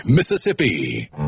Mississippi